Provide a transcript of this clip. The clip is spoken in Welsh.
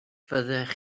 fyddech